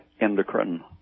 endocrine